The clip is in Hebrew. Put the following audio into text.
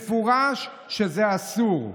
במפורש שזה אסור.